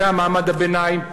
זה מעמד הביניים,